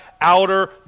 outer